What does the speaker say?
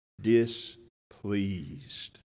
displeased